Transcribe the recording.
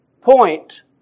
point